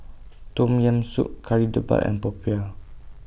Tom Yam Soup Kari Debal and Popiah